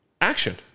action